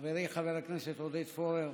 חברי חבר הכנסת עודד פורר,